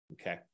okay